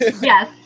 Yes